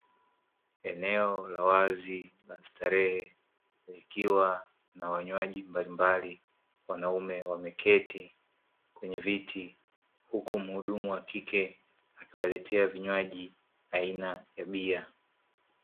Eneo la wazi la starehe likiwa na wanywaji mbalimbali, wanaume wameketi kwenye viti, huku mhudumu wa kike akiwaletea vinywaji aina ya bia.